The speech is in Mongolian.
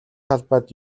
талбайд